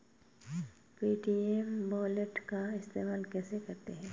Paytm wallet का इस्तेमाल कैसे करते हैं?